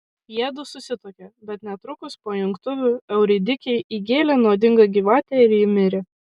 jiedu susituokė bet netrukus po jungtuvių euridikei įgėlė nuodinga gyvatė ir ji mirė